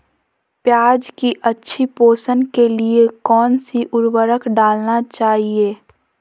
प्याज की अच्छी पोषण के लिए कौन सी उर्वरक डालना चाइए?